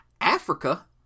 Africa